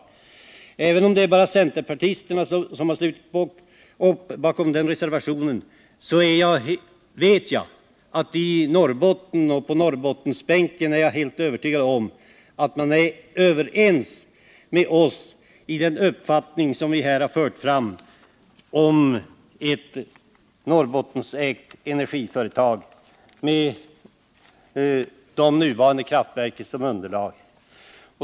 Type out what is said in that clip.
Men även om det bara är centerpartister som slutit upp bakom vår motion är jag övertygad om att man i Norrbotten — och på Norrbottensbänken —- är överens med oss om att det borde bildas ett Norrbottens eget energiföretag med de nuvarande kraftverken som underlag.